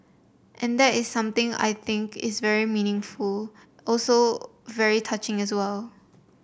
and that is something I think is very meaningful also very touching as well